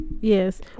Yes